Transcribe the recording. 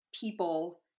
people